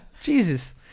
Jesus